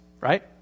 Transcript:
right